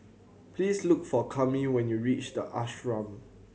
please look for Kami when you reach The Ashram